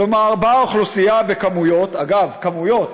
כלומר, באה אוכלוסייה בכמויות" אגב, כמויות.